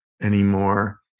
anymore